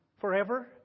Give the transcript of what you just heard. forever